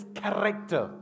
character